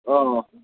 অ